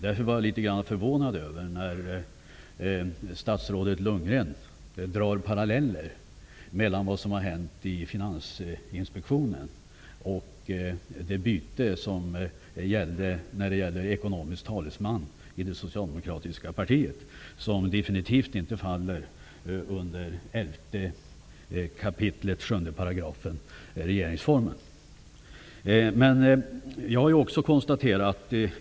Jag är därför något förvånad över att statsrådet Bo Lundgren drar paralleller mellan vad som hänt i Finansinspektionen och det byte av ekonomisk talesman som gjorts i det socialdemokratiska partiet, något som absolut inte faller under regeringsformens 11 kap. 7 §.